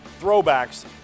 throwbacks